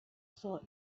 saw